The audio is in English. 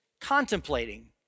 contemplating